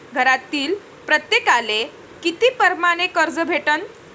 घरातील प्रत्येकाले किती परमाने कर्ज भेटन?